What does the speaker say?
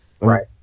Right